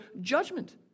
judgment